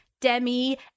Demi